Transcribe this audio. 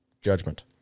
judgment